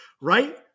right